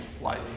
life